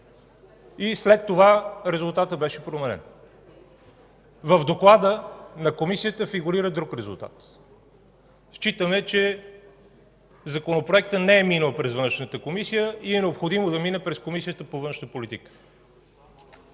След това резултатът беше променен – в доклада на Комисията фигурира друг резултат. Считаме, че Законопроектът не е минал през Външната комисия и е необходимо да мине през нея. (Шум и реплики